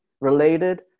related